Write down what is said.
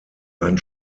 ein